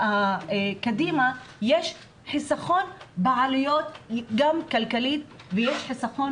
קדימה יש חסכון בעלויות הכלכליות וגם חסכון